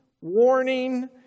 warning